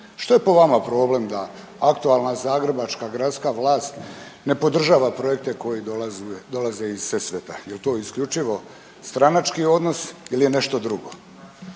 Što je po vam problem da aktualna zagrebačka gradska vlast ne podržava projekte koji dolaze iz Sesveta? Je li to isključivo stranački odnos ili je nešto drugo?